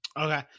Okay